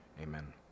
amen